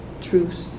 truth